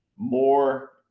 more